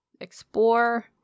Explore